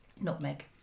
Nutmeg